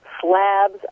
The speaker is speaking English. slabs